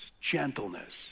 gentleness